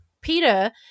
Peter